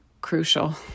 crucial